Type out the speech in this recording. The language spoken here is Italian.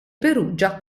perugia